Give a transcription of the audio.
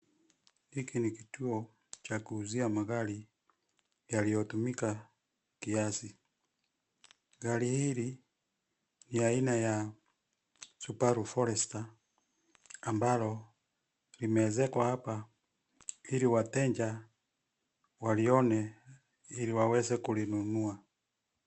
Hiki ni kituo cha kuuzia magari yaliyotumika kiasi. Gari hili ni aina ya Subaru Forester ambalo limeezekwa hapa ili wateja walione ili waweze kulinunua.